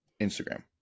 Instagram